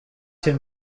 him